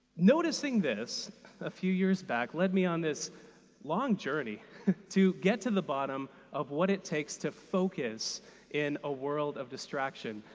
noticing this a few years back led me on this long journey to get to the bottom of what it takes to focus in a world of distraction.